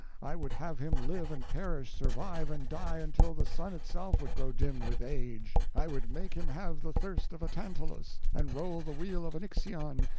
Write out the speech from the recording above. i would have him live and perish, survive and die, until the sun itself would grow dim with age. i would make him have the thirst of a tantalus, and roll the wheel of an ixion,